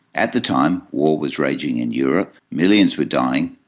at the time, war was raging in europe, millions were dying,